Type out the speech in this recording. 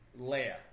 Leia